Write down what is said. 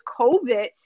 COVID